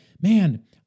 man